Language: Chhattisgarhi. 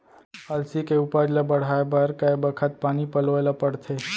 अलसी के उपज ला बढ़ए बर कय बखत पानी पलोय ल पड़थे?